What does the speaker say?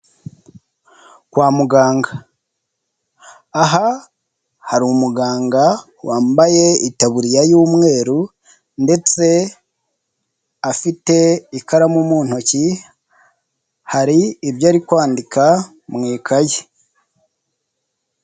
Kwa muganga, aha hari umuganga wambaye itaburiya y'umweru ndetse afite ikaramu mu ntoki hari ibyo ari kwandika mu ikaye.